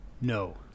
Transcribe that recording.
No